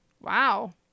wow